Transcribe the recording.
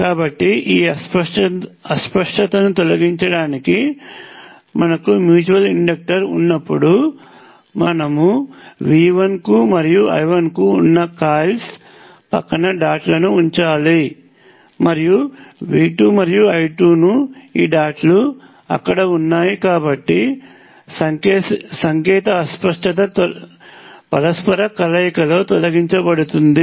కాబట్టి ఈ అస్పష్టతను తొలగించడానికి మనకు మ్యూచువల్ ఇండక్టర్ ఉన్నప్పుడు మనకు V1 మరియు I1 ఉన్న ఆ కాయిల్స్ పక్కన డాట్ లను ఉంచండి మరియు V2 మరియు I2 ఈ డాట్లు అక్కడ ఉన్నాయి కాబట్టి సంకేత అస్పష్టత పరస్పర కలయికలో తొలగించబడుతుంది